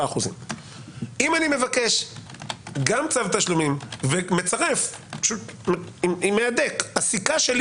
אם אני מבקש גם צו תשלומים ומצרף עם מהדק הסיכה שלי